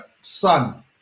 Sun